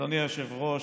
אדוני היושב-ראש,